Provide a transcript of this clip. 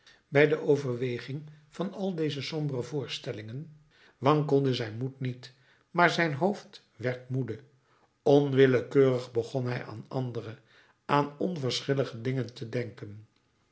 bij de overweging van al deze sombere voorstellingen wankelde zijn moed niet maar zijn hoofd werd moede onwillekeurig begon hij aan andere aan onverschillige dingen te denken